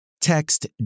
Text